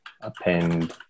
append